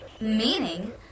Meaning